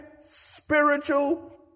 spiritual